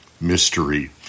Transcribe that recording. mystery